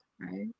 Right